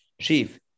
Chief